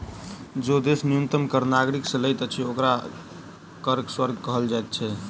जे देश न्यूनतम कर नागरिक से लैत अछि, ओकरा कर स्वर्ग कहल जाइत अछि